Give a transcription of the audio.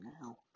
now